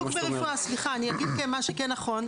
פה אנחנו מטילים את האחריות על שני גורמים,